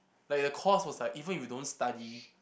like the course was like even if you don't study